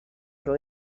però